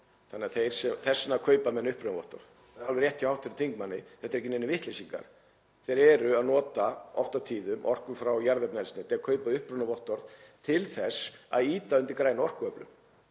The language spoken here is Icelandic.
Þess vegna kaupa menn upprunavottorð. Það er alveg rétt hjá hv. þingmanni; þetta eru ekki neinir vitleysingar, þeir eru að nota oft og tíðum orku frá jarðefnaeldsneyti en kaupa upprunavottorð til þess að ýta undir græna orkuöflun.